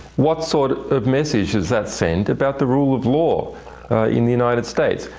what sort of message does that send about the rule of law in the united states?